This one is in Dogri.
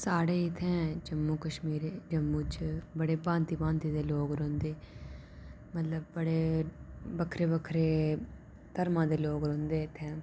साढ़े इत्थें जम्मू कश्मीर जम्मू च बड़े भांति भांति दे लोक रौंहदे मतलब बड़े बक्खरे बक्खरे धर्में दे लोक रौंहदे इत्थें